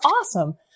awesome